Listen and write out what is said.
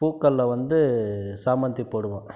பூக்களில் வந்து சாமந்தி போடுவோம்